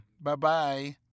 Bye-bye